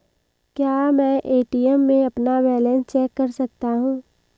क्या मैं ए.टी.एम में अपना बैलेंस चेक कर सकता हूँ?